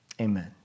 amen